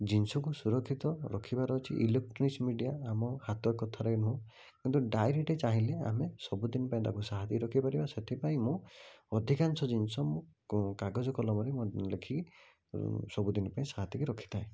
ଜିନିଷ କୁ ସୁରକ୍ଷିତ ରଖିବାରେ ଅଛି ଇଲେକ୍ଟ୍ରୋନିକସ ମିଡ଼ିଆ ଆମ ହାତ କଥାରେ ନୁହଁ କିନ୍ତୁ ଡାଇରୀଟେ ଚାହିଁଲେ ଆମେ ସବୁ ଦିନ ତାକୁ ସାଇତିକି ରଖିପାରିବା ସେଥିପାଇଁ ମୁଁ ଅଧିକାଂଶ ଜିନିଷ ମୁଁ କ କାଗଜ କଲମରେ ଲେଖିକି ସବୁଦିନ ପାଇଁ ସାଇତିକି ରଖିଥାଏ